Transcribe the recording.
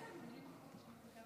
אדוני